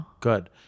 Good